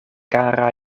kara